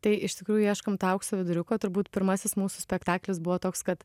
tai iš tikrųjų ieškom tą aukso viduriuko turbūt pirmasis mūsų spektaklis buvo toks kad